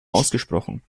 ausgesprochen